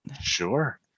Sure